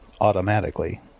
automatically